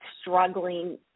struggling